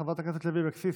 חברת הכנסת לוי אבקסיס,